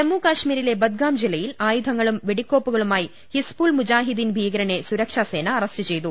ജമ്മു കശ്മീരിലെ ബദ്ഗാം ജില്ലയിൽ ആയുധങ്ങളും വെടി ക്കോപ്പുകളുമായി ഹിസ്ബുൾ മുജാഹിദ്ദീൻ ഭീകരനെ സുരക്ഷാ സേന അറസ്റ്റ് ചെയ്തു